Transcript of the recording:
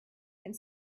and